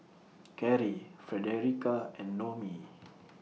Karie Fredericka and Noemie